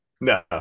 No